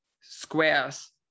squares